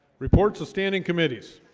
reports of standing committees